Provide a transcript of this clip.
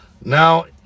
Now